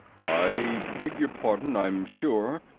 i beg your pardon, i'm sure,